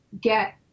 get –